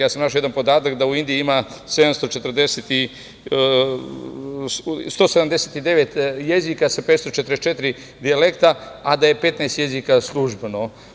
Ja sam našao jedan podatak da u Indiji ima 179 jezika sa 544 dijalekta, a da je 15 jezika službeno.